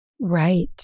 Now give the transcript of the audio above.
Right